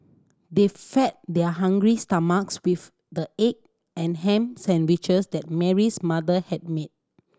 they fed their hungry stomachs with the egg and ham sandwiches that Mary's mother had made